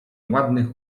ładnych